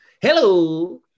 hello